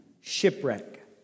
shipwreck